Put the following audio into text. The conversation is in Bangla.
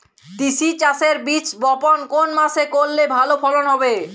তিসি চাষের বীজ বপন কোন মাসে করলে ভালো ফলন হবে?